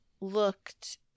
looked